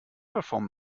perform